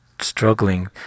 struggling